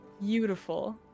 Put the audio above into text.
beautiful